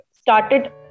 started